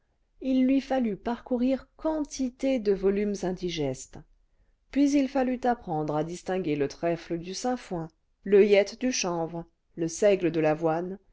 il lui fallut parcourir quantité de volumes indigestes puis il fallut apprendre à distinguer le trèfle du sainfoin l'oeillette du chanvre le seigle de l'avoine